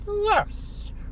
Yes